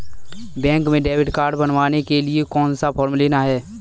Bank में debit card बनवाने के लिए कौन सा फॉर्म लेना है?